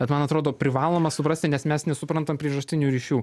bet man atrodo privaloma suprasti nes mes nesuprantam priežastinių ryšių